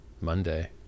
Monday